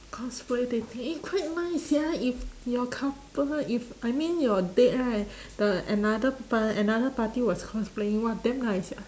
cosplay dating eh quite nice sia if your couple if I mean your date right the another par~ another party was cosplaying !wah! damn nice sia